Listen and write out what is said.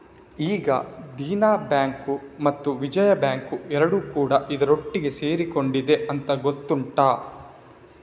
ಈಗ ದೇನಾ ಬ್ಯಾಂಕು ಮತ್ತು ವಿಜಯಾ ಬ್ಯಾಂಕು ಎರಡೂ ಕೂಡಾ ಇದರೊಟ್ಟಿಗೆ ಸೇರಿಕೊಂಡಿದೆ ಅಂತ ಗೊತ್ತುಂಟಾ